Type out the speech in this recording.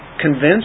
convinced